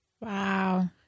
Wow